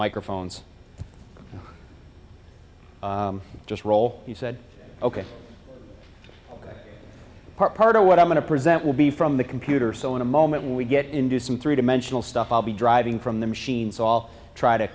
microphones just roll he said ok part of what i'm going to present will be from the computer so in a moment when we get into some three dimensional stuff i'll be driving from the machines all try to